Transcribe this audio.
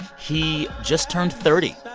he just turned thirty.